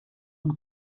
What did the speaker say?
und